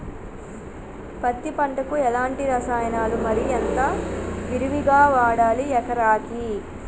పత్తి పంటకు ఎలాంటి రసాయనాలు మరి ఎంత విరివిగా వాడాలి ఎకరాకి?